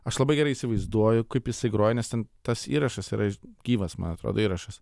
aš labai gerai įsivaizduoju kaip jisai groja nes ten tas įrašas yra gyvas man atrodo įrašas